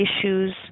issues